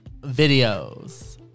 videos